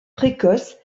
précoce